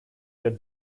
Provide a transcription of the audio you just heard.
der